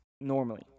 normally